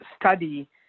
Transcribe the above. study